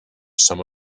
some